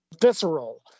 visceral